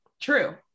True